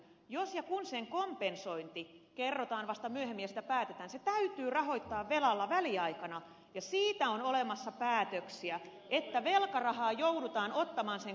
jos ja kun sen kompensointi kerrotaan vasta myöhemmin ja siitä päätetään se täytyy rahoittaa velalla väliaikana ja siitä on olemassa päätöksiä että velkarahaa joudutaan ottamaan sen kompensoimiseksi